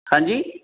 ਹਾਂਜੀ